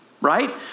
Right